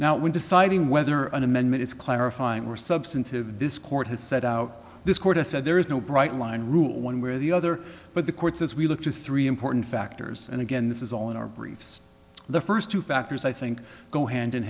now when deciding whether an amendment is clarifying or substantive this court has set out this court has said there is no bright line rule one where the other but the courts as we look to three important factors and again this is all in our briefs the first two factors i think go hand in